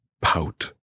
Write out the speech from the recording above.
Pout